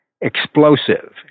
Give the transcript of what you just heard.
explosive